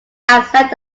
accept